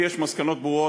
לי יש מסקנות ברורות,